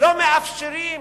לא מאפשרים